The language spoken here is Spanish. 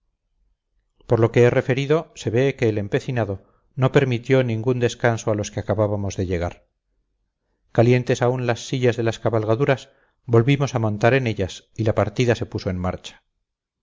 por lo que he referido se ve que el empecinado no permitió ningún descanso a los que acabábamos de llegar calientes aún las sillas de las cabalgaduras volvimos a montar en ellas y la partida se puso en marcha